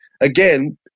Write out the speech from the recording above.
again